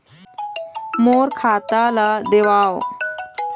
मोर खाता ला देवाव?